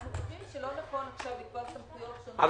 אנחנו חושבים שלא נכון לקבוע סמכויות שונות- -- אבל